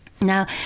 Now